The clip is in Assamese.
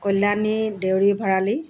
কল্যাণী দেউৰী ভঁৰালী